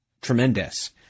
tremendous